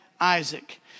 Isaac